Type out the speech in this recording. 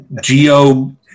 Geo